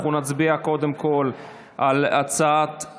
אנחנו נצביע קודם כול על הצעת,